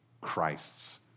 Christ's